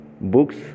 books